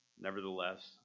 Nevertheless